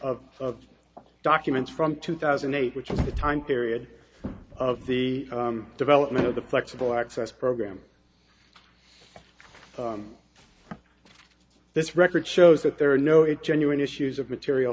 of documents from two thousand and eight which is the time period of the development of the flexible access program this record shows that there are no it genuine issues of material